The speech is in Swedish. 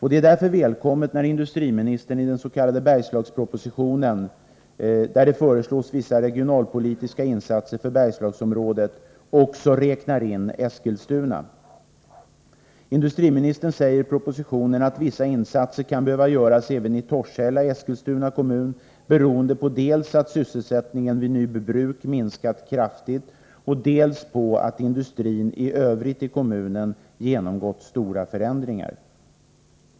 Det är därför välkommet när industriministern i den s.k. Bergslagspropositionen, där det föreslås vissa regionalpolitiska insatser för Bergslagsområdet, också räknar in Eskilstuna. Industriministern säger i propositionen att vissa insatser kan behöva göras även i Torshälla i Eskilstuna kommun beroende dels på att sysselsättningen vid Nyby Bruk minskat kraftigt, dels på att industrin i övrigt i kommunen genomgått stora förändringar.